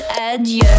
adieu